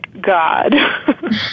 God